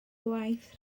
gwaith